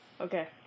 Okay